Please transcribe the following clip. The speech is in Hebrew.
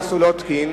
זה ייכנס לפרוטוקול.